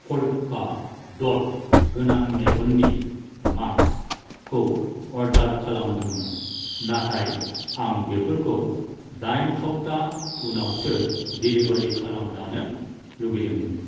पल्का दथ गोनां मेगननि माक्सखौ अर्दार खालामदोंमोन नाथाय आं बेफोरखौ दाइन स्बथा उनावसो दिलिभारि खालामजानो लुगैदोंमोन